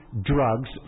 drugs